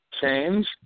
change